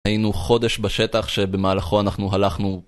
היינו חודש בשטח שבמהלכו אנחנו הלכנו